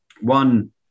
One